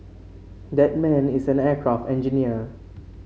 that man is an aircraft engineer